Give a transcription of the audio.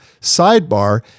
sidebar